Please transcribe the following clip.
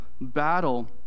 battle